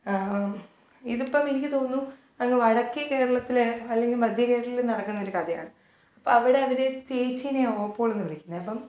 ഇതിപ്പം എനിക്ക് തോന്നുന്നു അങ്ങ് വടക്കേ കേരളത്തിൽ അല്ലെങ്കിൽ മദ്ധ്യകേരളത്തിൽ നടക്കുന്നൊരു കഥയാണ് അപ്പം അവിടെ അവർ ചേച്ചീനെ ഓപ്പോളെന്ന് വിളിക്കുന്നത് അപ്പം